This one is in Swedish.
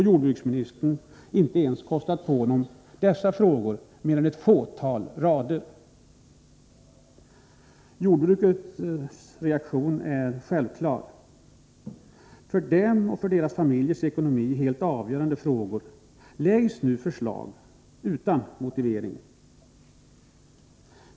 Jordbruksministern har dessutom inte kostat på dessa frågor mer än ett fåtal rader. Jordbrukarnas reaktion är självklar. I för dem och deras familjers ekonomi helt avgörande frågor läggs det nu fram förslag helt utan motivering.